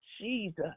Jesus